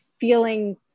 feeling